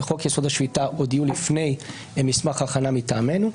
חוק יסוד השפיטה עוד יהיו לפני מסמך הכנה מטעמנו.